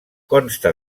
consta